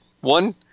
One